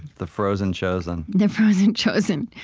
the frozen chosen the frozen chosen.